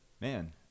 Man